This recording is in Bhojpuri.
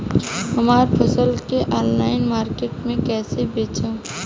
हमार फसल के ऑनलाइन मार्केट मे कैसे बेचम?